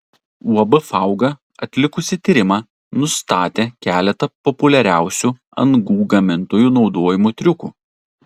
uab fauga atlikusi tyrimą nustatė keletą populiariausių angų gamintojų naudojamų triukų